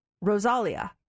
Rosalia